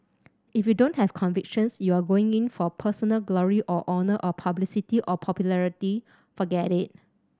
if you don't have convictions you are going in for personal glory or honour or publicity or popularity forget it